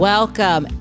Welcome